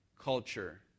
culture